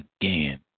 again